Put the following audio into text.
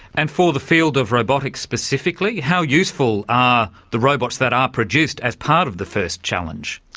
and for the field of robotics specifically? how useful are the robots that are produced as part of the first challenge.